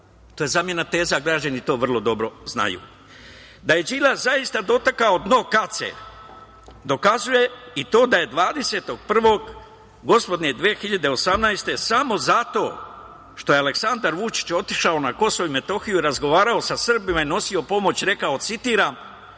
To je zamena teza, građani to vrlo dobro znaju. Da je Đilas zaista dotakao dno kace dokazuje i to da je 20. januara gospodnje 2018. godine, samo zato što je Aleksandar Vučić otišao na Kosovo i Metohiju, razgovarao sa Srbima i nosio pomoć, rekao, citiram: